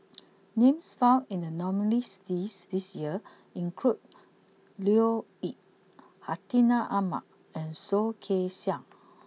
names found in the nominees' list this year include Leo Yip Hartinah Ahmad and Soh Kay Siang